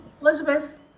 Elizabeth